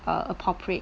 err appropriate